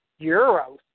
euros